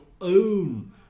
own